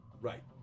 right